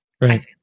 Right